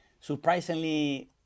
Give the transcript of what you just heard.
surprisingly